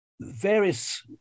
various